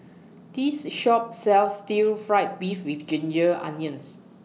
This Shop sells Stir Fried Beef with Ginger Onions